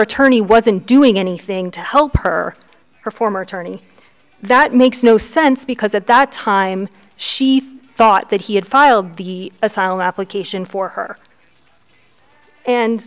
attorney wasn't doing anything to help her her former attorney that makes no sense because at the time she thought that he had filed the asylum application for her and